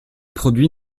produit